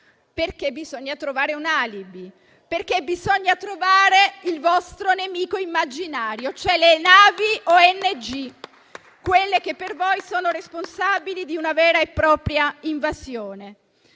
perché bisogna trovare un alibi; bisogna che troviate il vostro nemico immaginario, cioè le navi ONG, quelle che per voi sono responsabili di una vera e propria invasione,